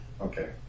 Okay